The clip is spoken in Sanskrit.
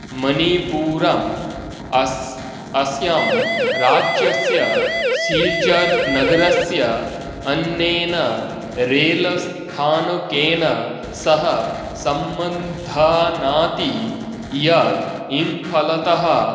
मणिपुरम् अस् अस्यां राज्यस्य सिल्चर् नगरस्य अन्येन रेलस्थानकेन सह सम्बध्नाति यत् इम्फाल् तः